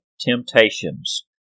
temptations